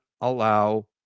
allow